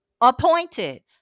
appointed